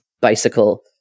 bicycle